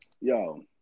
yo